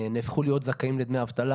נהפכו להיות זכאים לדמי אבטלה.